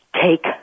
take